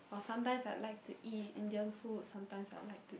or sometimes I like to eat Indian food sometimes I like to eat